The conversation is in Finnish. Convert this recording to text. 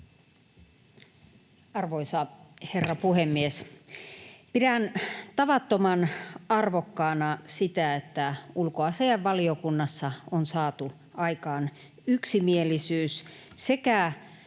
Arvoisa herra puhemies! Pidän tavattoman arvokkaana sitä, että ulkoasiainvaliokunnassa on saatu aikaan yksimielisyys sekä